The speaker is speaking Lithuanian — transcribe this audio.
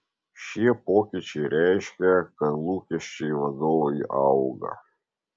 šie pokyčiai reiškia kad lūkesčiai vadovui auga